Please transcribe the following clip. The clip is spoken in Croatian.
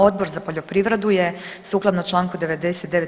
Odbor za poljoprivredu je sukladno članku 99.